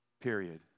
period